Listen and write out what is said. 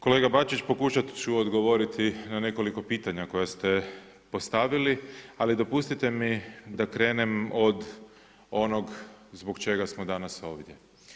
Kolega Bačić, pokušat ću odgovoriti na nekoliko pitanja koja ste postavili ali dopustite mi da krenem od onog zbog čega smo danas ovdje.